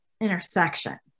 intersection